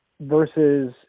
versus